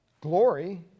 glory